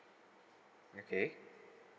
okay